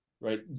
right